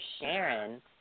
Sharon